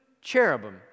cherubim